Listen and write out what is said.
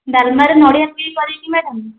ଡାଲ୍ମାରେ ନଡ଼ିଆ ଦେଇକି କରିବି ନା କ'ଣ